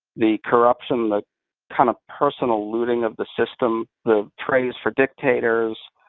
the corruption, the kind of personal looting of the system, the praise for dictators,